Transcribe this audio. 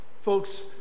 folks